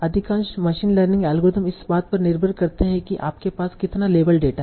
अधिकांश machine learning algorithm इस बात पर निर्भर करते हैं कि आपके पास कितना लेबल डेटा है